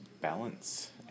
balance